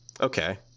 Okay